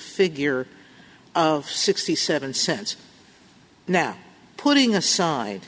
figure of sixty seven cents now putting aside